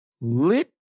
lit